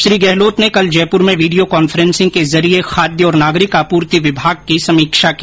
श्री गहलोत ने कल जयपुर में वीडियो कॉन्फ्रेंसिंग के जरिये खाद्य और नागरिक आपूर्ति विभाग की समीक्षा की